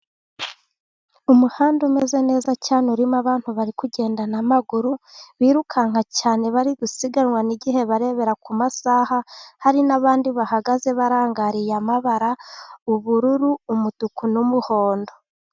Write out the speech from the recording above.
Umuhanda umeze neza cyane, urimo abantu bari kugenda n’amaguru, biruka cyane, bari gusiganwa n’igihe, barebera ku masaha, hari n’abandi bahagaze barangariye amabara: ubururu, umutuku n’umuhondo.